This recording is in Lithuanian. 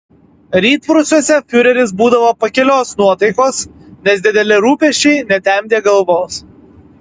rytprūsiuose fiureris būdavo pakilios nuotaikos nes dideli rūpesčiai netemdė galvos